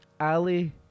Ali